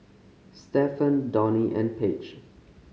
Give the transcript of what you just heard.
Stephon Donie and Paige